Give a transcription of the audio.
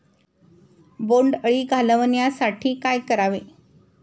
बोंडअळी घालवण्यासाठी काय करावे?